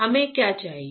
हमें क्या चाहिए